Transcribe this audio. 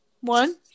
One